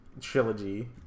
trilogy